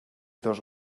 dos